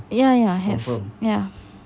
ya ya have ya